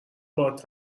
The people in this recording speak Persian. باهات